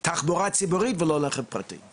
להשתמש בתחבורה ציבורית ולא ברכבים פרטיים.